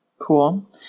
Cool